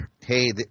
Hey